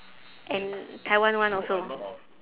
and taiwan one also